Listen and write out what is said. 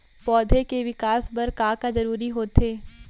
पौधे के विकास बर का का जरूरी होथे?